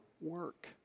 work